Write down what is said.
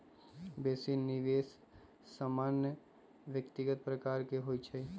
बेशी निवेश सामान्य व्यक्तिगत प्रकार के होइ छइ